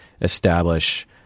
establish